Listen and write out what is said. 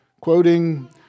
quoting